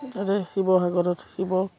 তাতে শিৱসাগতত শিৱ